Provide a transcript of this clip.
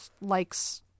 likes